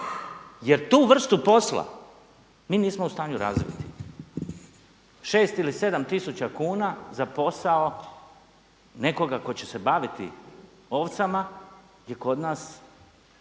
jer tu vrstu posla mi nismo u stanju razviti. Šest ili sedam tisuća kuna za posao nekoga tko će se baviti ovcama je kod nas